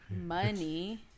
Money